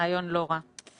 רעיון לא רע.